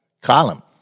column